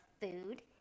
food